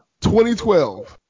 2012